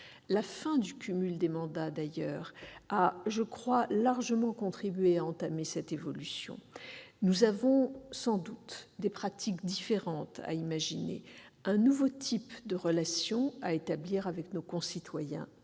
la fin du cumul des mandats a largement contribué à entamer cette évolution. Nous avons sans doute des pratiques différentes à imaginer, un nouveau type de relations à établir avec les citoyens